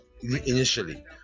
initially